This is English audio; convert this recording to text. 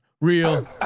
real